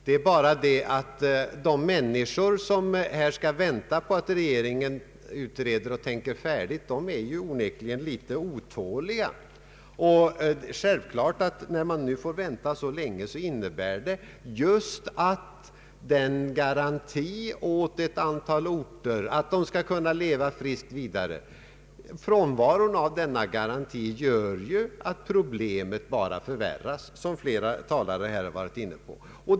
Det är bara det att de människor som skall vänta på att regeringen utreder och tänker färdigt onekligen är litet otåliga. Det är självklart att när man nu får vänta så länge så innebär just frånvaron av garanti åt ett antal orter att de skall kunna leva vidare att problemet för deras del förvärras.